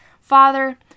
Father